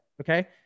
okay